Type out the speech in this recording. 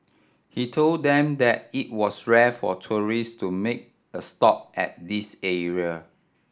he told them that it was rare for tourist to make a stop at this area